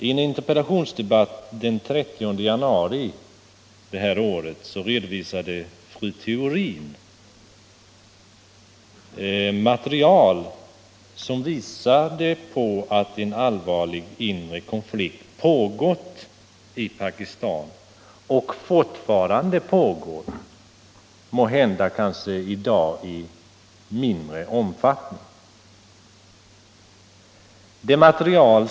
I en interpellationsdebatt den 30 januari i år redogjorde fru Theorin för material som visade att en allvarlig inre konflikt pågått och fortfarande pågår i Pakistan, måhända i dag i mindre omfattning än tidigare.